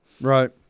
Right